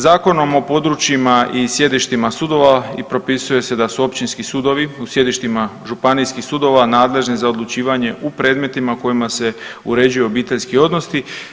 Zakonom o područjima i sjedištima sudova i propisuje se da su općinski sudovi u sjedištima županijskih sudova nadležni za odlučivanje u predmetima kojima se uređuju obiteljski odnosi.